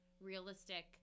realistic